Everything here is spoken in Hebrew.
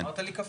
אמרת לי קפה.